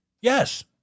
Yes